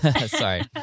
sorry